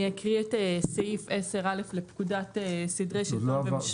אני אקריא את סעיף 10(א) לפקודת סדרי ומשפט.